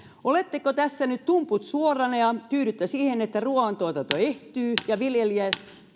oletteko tässä nyt tumput suorina ja tyydytte siihen että ruoan tuotanto ehtyy ja viljelijät